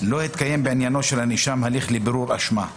"לא התקיים בעניינו של הנאשם הליך לבירור אשמה",